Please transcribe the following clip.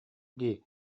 дии